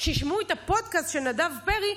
שישמעו את הפודקאסט של נדב פרי,